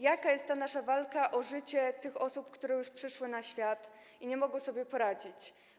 Jaka jest ta nasza walka o życie tych osób, które już przyszły na świat i nie mogą sobie poradzić?